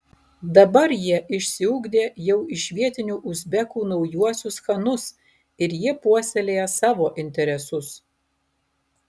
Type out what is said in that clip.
dabar jie išsiugdė jau iš vietinių uzbekų naujuosius chanus ir jie puoselėja savo interesus